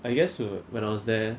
I guess uh when I was there